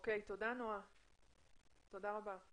תודה רבה.